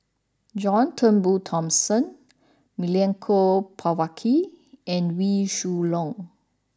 John Turnbull Thomson Milenko Prvacki and Wee Shoo Leong